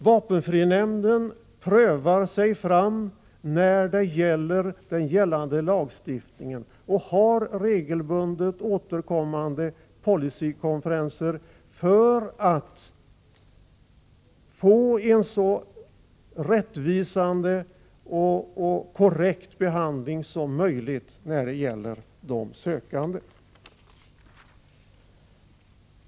Vapenfrinämnden arbetar efter den gällande lagstiftningen och har regelbundet återkommande policykonferenser för att få en så rättvisande och korrekt behandling som möjligt av de sökande.